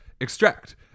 Extract